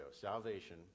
Salvation